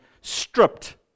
stripped